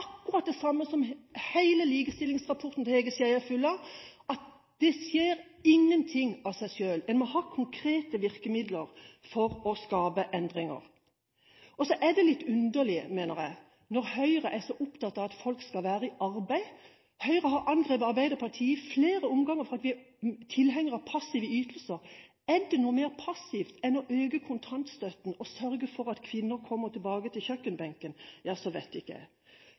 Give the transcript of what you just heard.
akkurat det samme hele likestillingsrapporten til Hege Skjeie er full av: Det skjer ingenting av seg selv. En må ha konkrete virkemidler for å skape endringer. Det er litt underlig, mener jeg, når Høyre er så opptatt av at folk skal være i arbeid. Høyre har angrepet Arbeiderpartiet i flere omganger for at vi er tilhengere av passive ytelser. Er det noe mer passivt enn å øke kontantstøtten og sørge for at kvinner kommer tilbake til kjøkkenbenken, ja så vet ikke jeg.